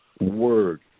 word